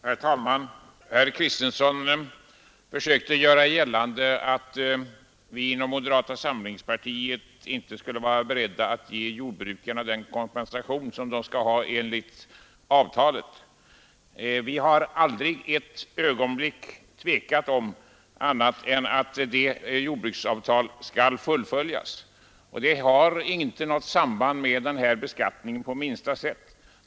Herr talman! Herr Kristenson försökte göra gällande att vi inom moderata samlingspartiet inte skulle vara beredda att ge jordbrukarna den kompensation som de skall ha enligt avtalet. Vi har aldrig ett ögonblick tvekat när det gäller att fullfölja jordbruksavtalet, och det har inte på minsta sätt något samband med den här beskattningen.